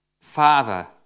Father